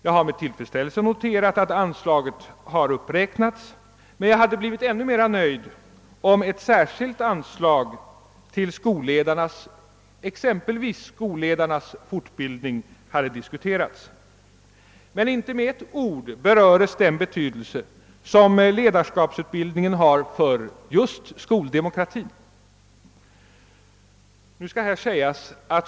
Jag har med tillfredsställelse noterat att anslaget har uppräknats, men jag hade blivit ännu nöjdare om exempelvis ett särskilt anslag till skolledarnas fortbildning hade diskuterats. Inte med ett ord berörs den betydelse som ledarskapsutbildningen har för just skoldemokratin.